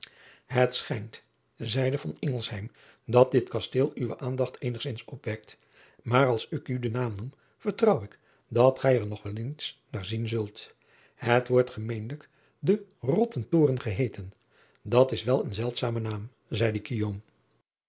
et schijnt zeide dat dit kasteel uwe aandacht eenigzins opwekt maar als ik u den naam noem vertrouw ik dat gij er nog wel eens naar zien zult et wordt gemeenlijk de ottentoren geheeten at is wel een zeldzame naam zeide